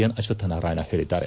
N Ashwath Narayana ಹೇಳಿದ್ದಾರೆ